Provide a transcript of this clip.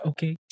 Okay